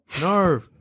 no